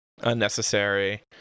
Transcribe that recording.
Unnecessary